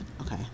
okay